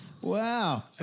Wow